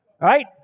right